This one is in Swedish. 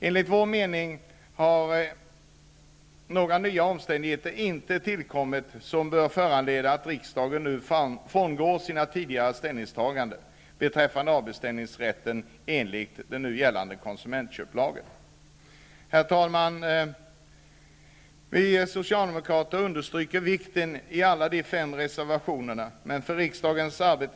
Enligt vår mening har inte några nya omständigheter tillkommit som bör föranleda att riksdagen nu frångår sina tidigare ställningstaganden beträffande avbeställningsrätten enligt den nu gällande konsumentköplagen. Herr talman! Vi socialdemokrater understryker vikten av vad som framförs i alla de fem reservationer som är fogade till betänkandet.